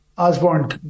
Osborne